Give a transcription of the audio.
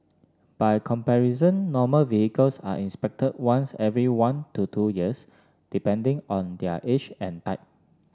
by comparison normal vehicles are inspected once every one to two years depending on their age and type